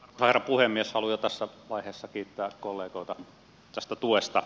haluan jo tässä vaiheessa kiittää kollegoita tästä tuesta